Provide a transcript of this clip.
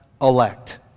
elect